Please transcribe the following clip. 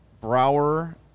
Brower